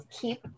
keep